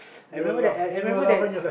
I remember that I remembered that